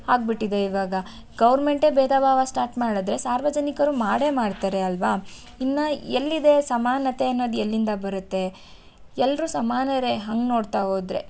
ಆಗಿಬಿಟ್ಟಿದೆ ಇವಾಗ ಗೌರ್ಮೆಂಟೇ ಭೇದ ಭಾವ ಸ್ಟಾರ್ಟ್ ಮಾಡಿದ್ರೆ ಸಾರ್ವಜನಿಕರು ಮಾಡೇ ಮಾಡ್ತಾರೆ ಅಲ್ಲವಾ ಇನ್ನು ಎಲ್ಲಿದೆ ಸಮಾನತೆ ಅನ್ನೋದು ಎಲ್ಲಿಂದ ಬರುತ್ತೆ ಎಲ್ಲರೂ ಸಮಾನರೇ ಹಂಗೆ ನೋಡ್ತಾ ಹೋದ್ರೆ